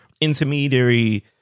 intermediary